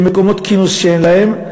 במקומות כינוס שאין להם.